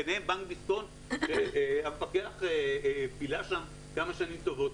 ביניהם בנק דיסקונט שהמפקח בילה שם כמה שנים טובות,